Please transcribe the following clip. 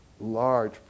large